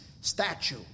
statue